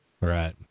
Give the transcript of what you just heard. Right